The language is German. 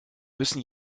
müssen